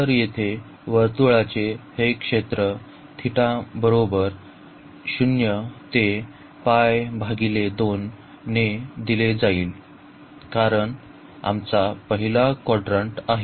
तर येथे वर्तुळाचे हे क्षेत्र ने दिले जाईल कारण आमचा पहिला क्वाड्रंट आहे